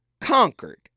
conquered